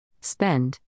Spend